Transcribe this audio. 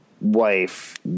wife